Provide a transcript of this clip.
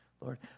Lord